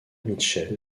mitchell